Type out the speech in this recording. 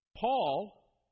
Paul